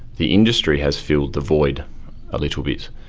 the industry has filled the void a little bit.